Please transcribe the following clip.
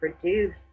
produce